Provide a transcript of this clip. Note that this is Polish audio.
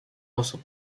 osób